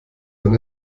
man